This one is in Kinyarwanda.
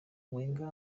wenger